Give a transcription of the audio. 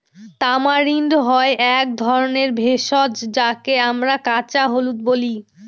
tamarind হয় এক ধরনের ভেষজ যাকে আমরা কাঁচা হলুদ বলি